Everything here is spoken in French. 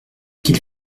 qu’ils